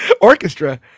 orchestra